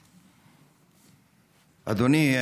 אדוני,